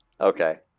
Okay